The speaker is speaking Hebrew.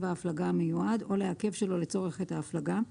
ההפלגה המיועד או לעכב שלא לצורך את ההפלגה: